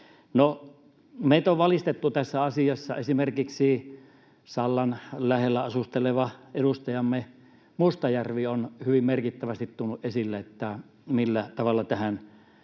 meitä on valistettu tässä asiassa. Esimerkiksi Sallan lähellä asusteleva edustajamme Mustajärvi on hyvin merkittävästi tuonut esille, millä tavalla tähän